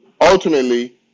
ultimately